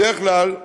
בדרך כלל,